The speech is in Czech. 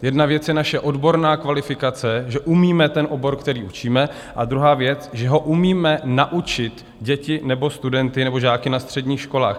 Jedna věc je naše odborná kvalifikace, že umíme ten obor, který učíme, a druhá věc je, že ho umíme naučit děti nebo studenty nebo žáky na středních školách.